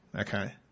okay